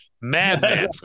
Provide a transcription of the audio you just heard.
madman